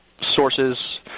sources